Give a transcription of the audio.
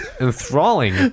enthralling